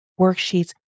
worksheets